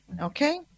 okay